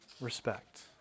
respect